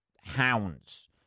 hounds